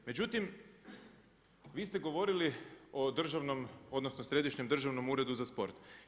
Međutim, vi ste govorili o državnom, odnosno središnjem Državnom uredu za sport.